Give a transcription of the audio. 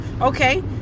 okay